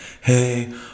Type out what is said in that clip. hey